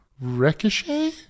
Ricochet